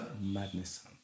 Madness